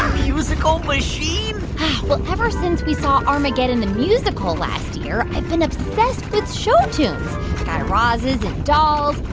um musical machine well, ever since we saw armageddon the musical last year, i've been obsessed with show tunes guy razzes and dolls,